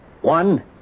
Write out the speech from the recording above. One